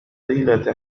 طيلة